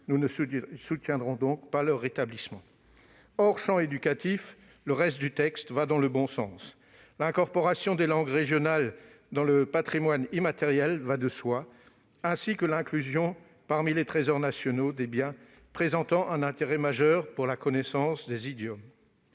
Nous ne soutiendrons donc pas leur rétablissement. Hors champ éducatif, le reste du texte va dans le bon sens. L'incorporation des langues régionales dans le patrimoine immatériel va de soi, ainsi que l'inclusion parmi les trésors nationaux des biens présentant un intérêt majeur pour la connaissance des idiomes.